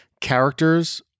characters